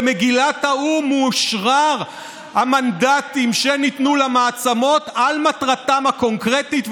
במגילת האו"ם אושררו המנדטים שניתנו למעצמות על מטרתם הקונקרטית,